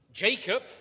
Jacob